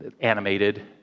animated